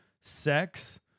sex